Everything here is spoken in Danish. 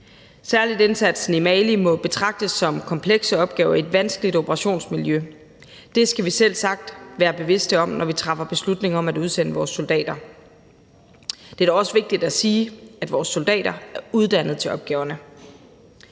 særlig indsatsen i Mali må betragtes som komplekse opgaver i et vanskeligt operationsmiljø. Det skal vi selvsagt være bevidste om, når vi træffer beslutning om at udsende vores soldater. Det er da også vigtigt at sige, at vores soldater er uddannet til opgaverne.